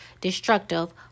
destructive